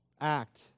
act